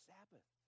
Sabbath